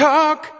Talk